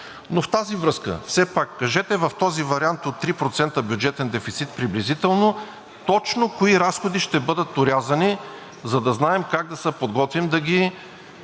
Но в тази връзка все пак кажете: в този вариант от 3% бюджетен дефицит приблизително точно кои разходи ще бъдат орязани, за да знаем как да се подготвим да ги